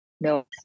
No